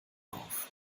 auf